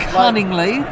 cunningly